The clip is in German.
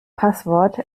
passwort